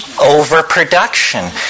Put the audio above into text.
Overproduction